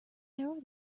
arrow